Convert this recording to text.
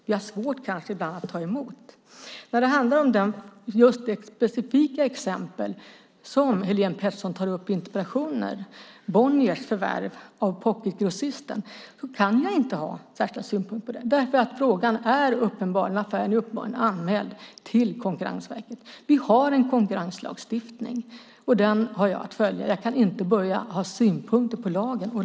Vi har kanske ibland svårt att ta emot det. När det handlar om det specifika exempel som Helene Petersson tar upp i interpellationen, Bonniers förvärv av Pocketgrossisten, kan jag inte ha särskilda synpunkter på det, eftersom affären uppenbarligen är anmäld till Konkurrensverket. Vi har en konkurrenslagstiftning, och den har jag att följa. Jag kan inte börja ha synpunkter på lagen.